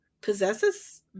possesses